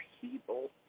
people